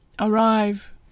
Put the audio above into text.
arrive